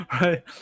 Right